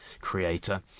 creator